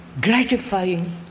gratifying